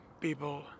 people